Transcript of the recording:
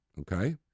Okay